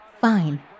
fine